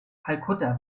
kalkutta